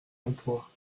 emploi